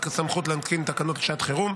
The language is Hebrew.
ואנחנו נעבור לנושא הבא שעל סדר-היום,